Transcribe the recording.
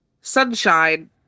Sunshine